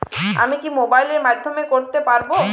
আমি কি মোবাইলের মাধ্যমে করতে পারব?